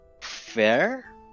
fair